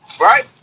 Right